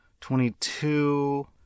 twenty-two